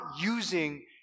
using